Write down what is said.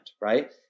right